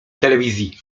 telewizji